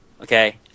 Okay